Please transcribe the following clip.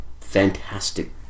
fantastic